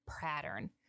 Pattern